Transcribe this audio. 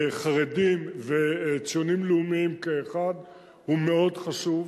חרדים וציונים לאומיים כאחד הוא מאוד חשוב.